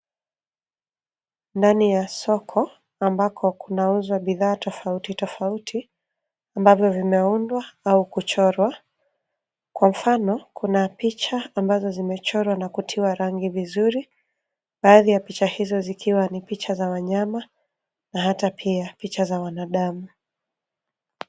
Ndani ya soko ambako kunauzwa bidhaa tofauti tofauti ambavyo vimeundwa au kuchorwa. Kwa mfano, kuna picha ambazo zimechorwa na kutiwa rangi vizuri. Baadhi ya picha hizo zikiwa ni picha za wanyama na hata pia picha za wanadamu.